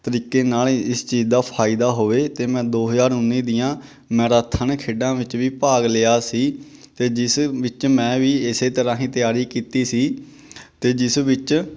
ਤਰੀਕੇ ਨਾਲ ਇਸ ਚੀਜ਼ ਦਾ ਫਾਇਦਾ ਹੋਵੇ ਅਤੇ ਮੈਂ ਦੋ ਹਜ਼ਾਰ ਉੱਨੀ ਦੀਆਂ ਮੈਰਾਥਨ ਖੇਡਾਂ ਵਿੱਚ ਵੀ ਭਾਗ ਲਿਆ ਸੀ ਅਤੇ ਜਿਸ ਵਿੱਚ ਮੈਂ ਵੀ ਇਸੇ ਤਰ੍ਹਾਂ ਹੀ ਤਿਆਰੀ ਕੀਤੀ ਸੀ ਅਤੇ ਜਿਸ ਵਿੱਚ